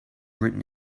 written